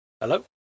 hello